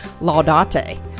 Laudate